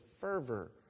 fervor